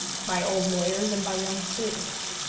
by old lawyers and by young students.